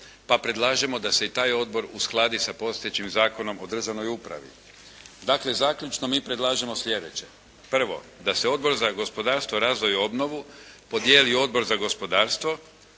pa predlažemo da se i taj Odbor uskladi sa postojećim Zakonom o državnoj upravi. Dakle, zaključno mi predlažemo sljedeće. Prvo, da se Odbor za gospodarstvo razvoj i obnovu podijeli u Odbor za gospodarstvo